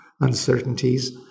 uncertainties